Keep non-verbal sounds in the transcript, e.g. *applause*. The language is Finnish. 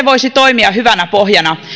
*unintelligible* voisi toimia hyvänä pohjana